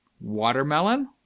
Watermelon